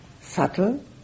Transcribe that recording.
subtle